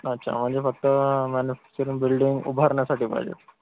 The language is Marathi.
अच्छा म्हणजे फक्त मॅनिफॅक्चरिंग बिल्डिंग उभारण्यासाठी पाहिजे